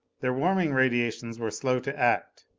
their warming radiations were slow to act.